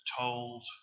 told